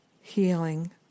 healing